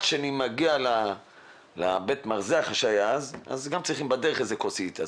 שאני מגיע לבית המרזח צריכים גם איזו כוסית בדרך'.